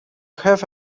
have